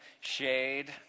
shade